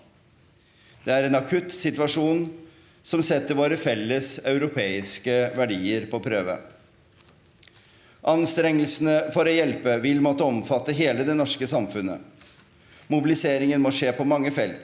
Det er en akutt situasjon som setter våre felles europeiske verdier på prøve. Anstrengel sene for å hjelpe vil måtte omfatte hele det norske samfunnet. Mobiliseringen må skje på mange felt.